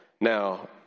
Now